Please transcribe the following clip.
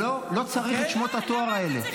לא, לא צריך את שמות התואר האלה.